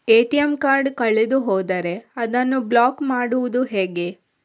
ATM card ಕಳೆದು ಹೋದರೆ ಅದನ್ನು ಬ್ಲಾಕ್ ಮಾಡುವುದು ಹೇಗೆ?